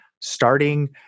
starting